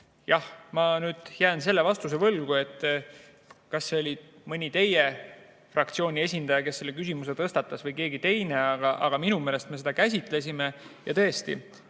Ma jään vastuse võlgu, kas see oli mõni teie fraktsiooni esindaja, kes selle küsimuse tõstatas, või keegi teine, aga minu meelest me seda käsitlesime. Tõesti,